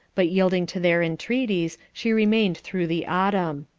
but yielding to their entreaties she remained through the autumn.